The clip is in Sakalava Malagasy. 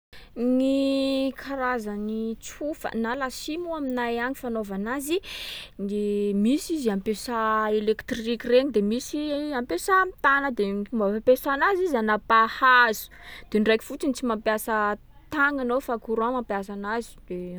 Gny karazany tsofa, na la scie moa aminay agny fanaova anazy, de misy izy ampesà elektriky regny. De misy ampesà am'tàna. De ny fomba fampesà anazy, izy anapaha hazo. De ndraiky fotsiny tsy mampiasa tàgna anao fa courant mampiasa anazy de.